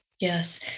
Yes